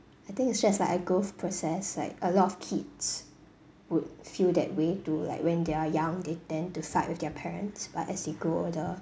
I think it's just like a growth process like a lot of kids would feel that way too like when they are young they tend to fight with their parents but as they grow older